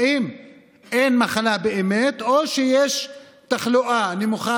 האם אין מחלה באמת או שיש תחלואה נמוכה,